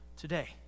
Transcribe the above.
today